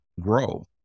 grow